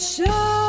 Show